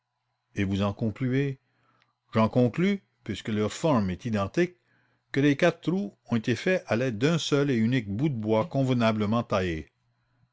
et vous en concluez j'en conclus que les quatre trous ont été faits à l'aide d'un même bout de bois convenablement taillé